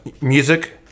music